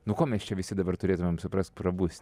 nuo ko mes čia visi dabar turėtumėm suprasti prabust